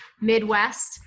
Midwest